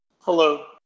Hello